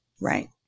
Right